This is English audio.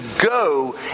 go